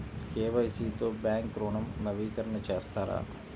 KYC తో bank ఋణం నవీకరణ చేస్తారా?